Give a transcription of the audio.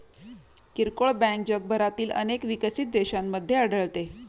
किरकोळ बँक जगभरातील अनेक विकसित देशांमध्ये आढळते